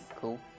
Cool